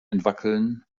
entwackeln